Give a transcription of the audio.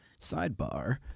Sidebar